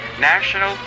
National